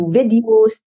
videos